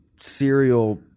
serial